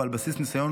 ועל בסיס ניסיון,